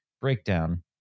breakdown